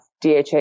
DHA